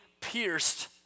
pierced